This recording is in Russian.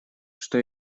что